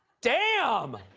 damn!